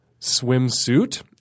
swimsuit